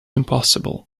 impossible